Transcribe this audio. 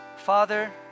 father